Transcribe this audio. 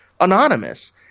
anonymous